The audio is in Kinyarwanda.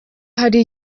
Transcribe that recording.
hari